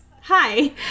hi